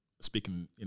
speaking